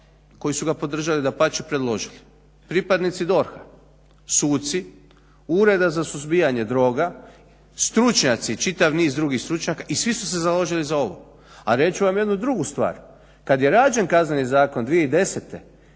koji su ga podržali, dapače predložili, pripadnici DORH-a, suci Ureda za suzbijanje druga, stručnjaci, čitav niz drugih stručnjaka, i svi su se založili za ovo. A reći ću vam jednu drugu stvar, kad je rađen Kazneni zakon 2010.